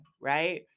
Right